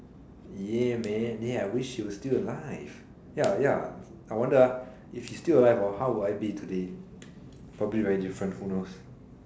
yeah man yeah I wish she was still alive ya ya I wonder ah if she still alive hor how will I be today probably very different who knows